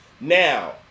Now